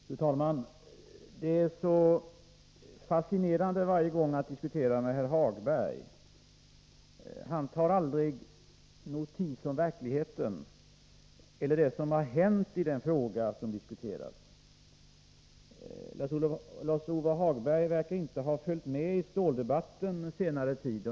Fru talman! Det är så fascinerande med herr Hagberg. Han tar aldrig notis om verkligheten eller det som har hänt i den fråga som diskuteras. Lars-Ove Hagberg verkar inte ha följt med i ståldebatten under senare tid.